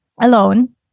alone